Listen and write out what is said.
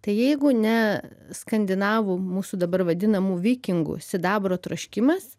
tai jeigu ne skandinavų mūsų dabar vadinamų vikingų sidabro troškimas